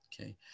Okay